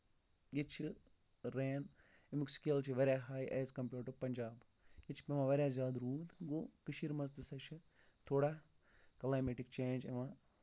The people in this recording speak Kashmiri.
ییٚتہِ چھِ رین اَمیُک سِکِل چھُ واریاہ high as compared to Punjab ییٚتہِ چھُ پیٚوان واریاہ زیادٕ روٗد گوٚو کٔشیٖر منٛز تہِ سا چھِ تھوڑا کٕلیمیٹِکۍ چینج یِوان